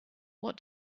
what